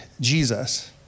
Jesus